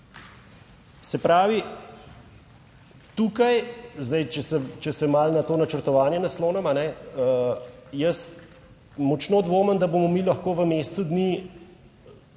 Se pravi, če se malo na to načrtovanje naslonim, jaz močno dvomim, da bomo mi lahko v mesecu dni